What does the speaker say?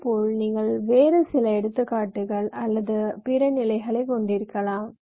இதேபோல் நீங்கள் வேறு சில எடுத்துக்காட்டுகள் அல்லது பிற நிலைகளைக் கொண்டிருக்கலாம்